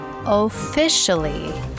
Officially